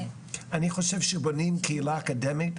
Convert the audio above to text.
אני חושב שכאשר בונים קהילה אקדמית,